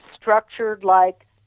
structured-like